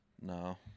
No